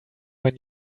when